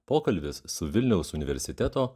pokalbis su vilniaus universiteto